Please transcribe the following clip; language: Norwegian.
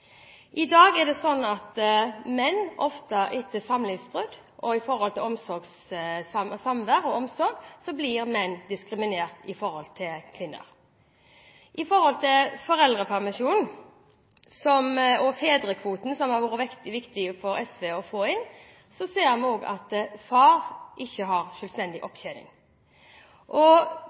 I dag er det slik at menn etter samlivsbrudd og i forbindelse med samvær og omsorg ofte blir diskriminert i forhold til kvinner. Når det gjelder foreldrepermisjonen og fedrekvoten, som har vært viktig for SV å få inn, ser vi at far ikke har